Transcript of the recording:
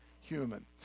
human